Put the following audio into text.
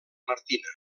martina